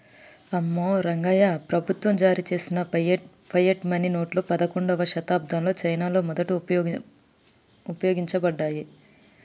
అమ్మో రంగాయ్యా, ప్రభుత్వం జారీ చేసిన ఫియట్ మనీ నోట్లు పదకండవ శతాబ్దంలో చైనాలో మొదట ఉపయోగించబడ్డాయి